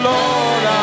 Lord